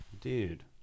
Dude